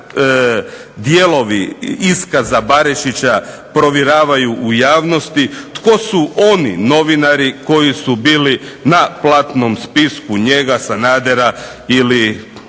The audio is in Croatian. dijelovi iskaza Barišića provjeravaju u javnosti, tko su oni novinari koji su bili na platnom spisku njega, Sanadera ili